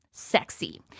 sexy